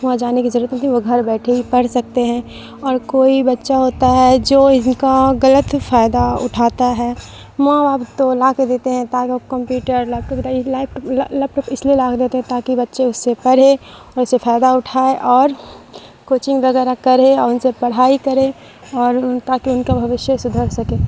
وہاں جانے کی ضرورت وہ گھر بیٹھے ہی پڑھ سکتے ہیں اور کوئی بچہ ہوتا ہے جو ان کا گلط فائدہ اٹھاتا ہے ماں باپ تو لا کے دیتے ہیں تاکہ وہ computer laptop laptop اس لیے لا کے دیتے ہیں تاکہ بچے اس سے پرھے اور اس سے فائدہ اٹھائے اور کوچنگ وغیرہ کرے اور ان سے پڑھائی کرے اور تاکہ ان کا بھوشیہ سدھر سکے